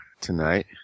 tonight